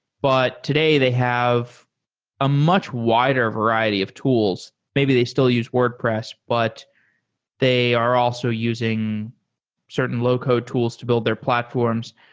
but today they have a much wider variety of tools. maybe they still use wordpress, but they are also using certain low-code tools to build their platforms.